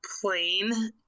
plain